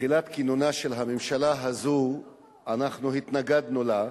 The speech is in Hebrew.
בתחילת כינונה של הממשלה הזאת אנחנו התנגדנו לה,